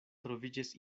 troviĝis